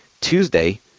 Tuesday